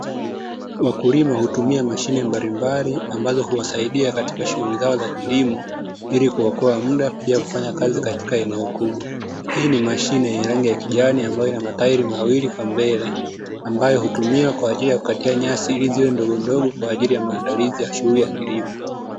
Wakulima hutumia mashine mbalimbali, ambazo uwasaidia katika shughuli zao za kilimo na kuokoa muda, pia kufanya kazi katika eneo kubwa. Hii ni mashine yenye rangi ya kijani, ambayo ina matairi mawili kwa mbele, ambayo hutumiwa kwa ajili ya kukatia nyasi, ili ziwe ndogondogo kwa ajili ya maandalizi ya shughuli ya kilimo.